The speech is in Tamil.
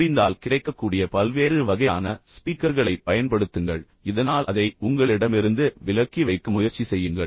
முடிந்தால் கிடைக்கக்கூடிய பல்வேறு வகையான ஸ்பீக்கர்களை பயன்படுத்துங்கள் இதனால் அதை உங்களிடமிருந்து விலக்கி வைக்க முயற்சி செய்யுங்கள்